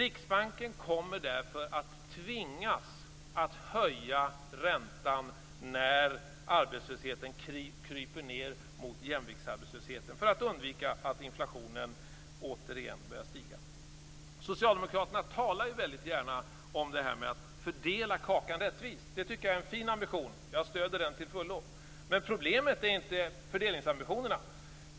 Riksbanken kommer därför att tvingas att höja räntan, när arbetslösheten kryper ned mot jämviktsarbetslösheten, för att undvika att inflationen återigen börjar stiga. Socialdemokraterna talar väldigt gärna om detta med att fördela kakan rättvist. Det tycker jag är en fin ambition, och jag stöder den till fullo. Men problemet är inte fördelningsambitionerna.